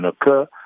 occur